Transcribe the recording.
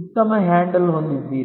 ಉತ್ತಮ ಹ್ಯಾಂಡಲ್ ಹೊಂದಿದ್ದೀರಿ